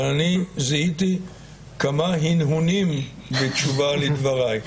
אבל אני זיהיתי כמה הנהונים בתשובה לדבריי.